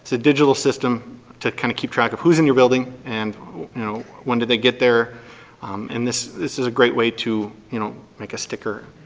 digital system to kind of keep track of who's in your building and you know when did they get there and this this is a great way to you know make a sticker,